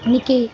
निकै